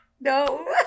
No